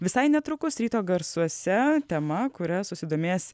visai netrukus ryto garsuose tema kuria susidomės